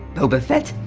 boba fett?